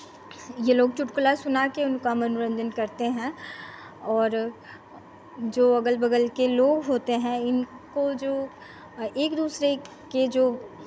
ये लोग चुटकुला सुनाके उनका मनोरंजन करते हैं और जो अगल बगल के लोग होते हैं इनको जो एक दूसरे के जो